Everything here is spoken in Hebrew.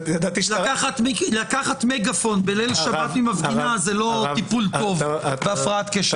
לקחת מגפון מליל שבת ממפגינה זה לא טיפול טוב להפרעת קשב וריכוז.